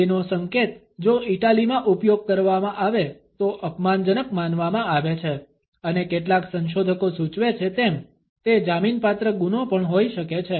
બે નો સંકેત જો ઇટાલીમાં ઉપયોગ કરવામાં આવે તો અપમાનજનક માનવામાં આવે છે અને કેટલાક સંશોધકો સૂચવે છે તેમ તે જામીનપાત્ર ગુનો પણ હોઈ શકે છે